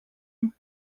him